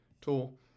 tool